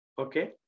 okay